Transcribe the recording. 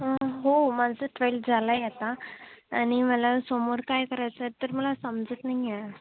हो माझं ट्वेल्थ झालं आहे आता आणि मला समोर काय करायचं आहे तर मला समजत नाही आहे